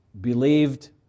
believed